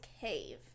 cave